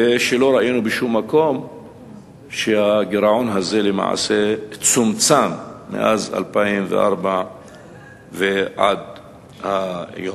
ולא ראינו בשום מקום שהגירעון הזה צומצם מאז 2004 ועד היום.